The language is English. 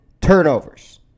turnovers